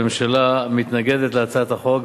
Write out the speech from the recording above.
הממשלה מתנגדת להצעת החוק,